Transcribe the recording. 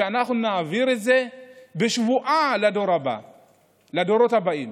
שנעביר את זה בשבועה לדורות הבאים.